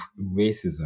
racism